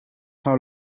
how